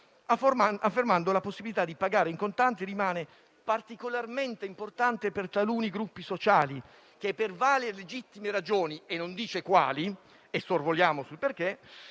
affermando che la possibilità di pagare in contanti rimane particolarmente importante per taluni gruppi sociali che, per varie legittime ragioni (non dice quali e sorvoliamo sul perché),